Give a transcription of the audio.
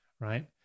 right